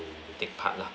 take part lah